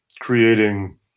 creating